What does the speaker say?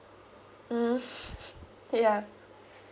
mm yeah